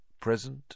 present